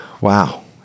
wow